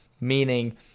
meaning